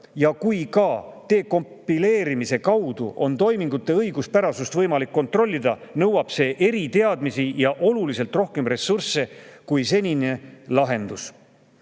ja kui ka dekompileerimise kaudu on toimingute õiguspärasust võimalik kontrollida, nõuab see eriteadmisi ja oluliselt rohkem ressursse kui senine lahendus.